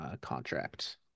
Contract